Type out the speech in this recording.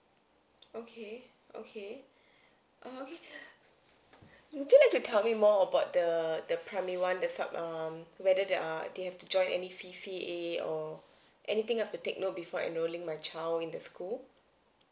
okay okay err okay would you like to tell me more about the the primary one the sub um whether they are they have to join any C_C_A or anything I've to take note before enrolling my child in the school